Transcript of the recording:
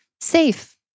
safe